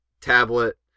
tablet